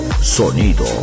sonido